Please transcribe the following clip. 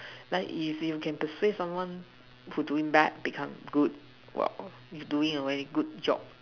like if you can persuade someone who doing bad to doing good well you're doing a very good job